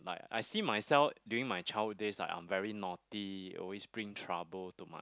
I see myself during my childhood days like I'm very naughty always bring trouble to my